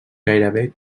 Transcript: gairebé